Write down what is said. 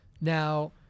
Now